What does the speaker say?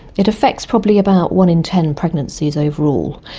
it affects probably about one in ten pregnancies overall.